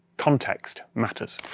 context matters.